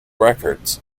records